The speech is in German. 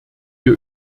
wir